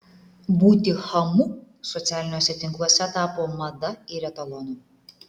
būti chamu socialiniuose tinkluose tapo mada ir etalonu